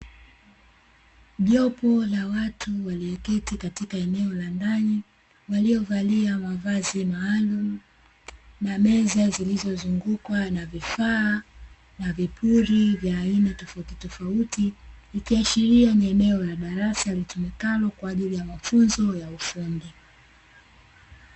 Jopo la watu walioketi katika eneo la ndani, waliovalia mavazi maalumu na meza zilizozungukwa na vifaa na vipuri vya aina tofauti tofauti, ikiashiria ni eneo la darasa litumikalo kwa ajili ya mafunzo ya ufundi.